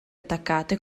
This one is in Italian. attaccate